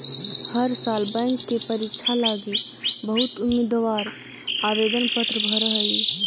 हर साल बैंक के परीक्षा लागी बहुत उम्मीदवार आवेदन पत्र भर हई